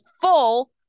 full